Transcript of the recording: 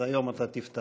אז היום אתה תפתח.